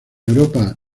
europa